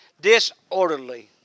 disorderly